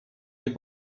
nie